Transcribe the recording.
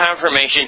Confirmation